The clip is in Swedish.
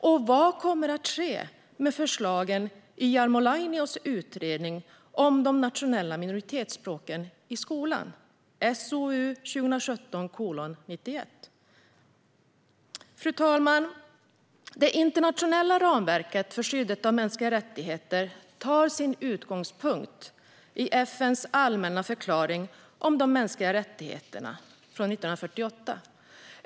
Och vad kommer att ske med förslagen i Jarmo Lainios utredning om de nationella minoritetsspråken i skolan, SOU 2017:91? Fru talman! Det internationella ramverket för skyddet av mänskliga rättigheter tar sin utgångspunkt i FN:s allmänna förklaring om de mänskliga rättigheterna från 1948.